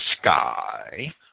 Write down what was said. sky